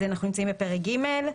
פרק ג'.